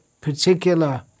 particular